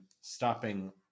stopping